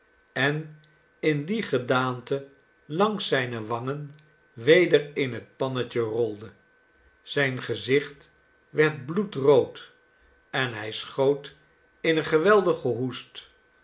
en in die gedaante langs zijne wangen weder in het pannetje rolde zijn gezicht werd bloedrood en hij schoot in een geweldigen hoest